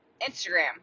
Instagram